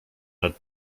nad